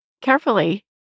carefully